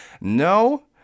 No